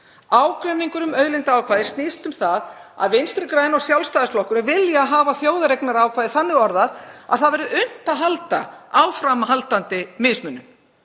Ágreiningur um auðlindaákvæðið snýst um það að Vinstri græn og Sjálfstæðisflokkurinn vilja hafa þjóðareignarákvæði þannig orðað að unnt verði að hafa áframhaldandi mismunun,